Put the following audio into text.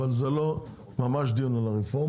אבל זה לא ממש דיון על הרפורמה.